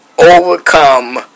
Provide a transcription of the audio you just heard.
overcome